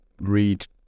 read